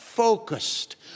focused